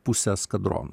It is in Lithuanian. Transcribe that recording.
pusę eskadrono